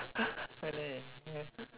oh no